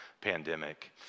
pandemic